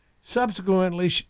Subsequently